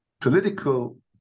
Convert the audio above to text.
political